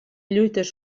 lluites